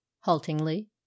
haltingly